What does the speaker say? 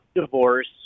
divorce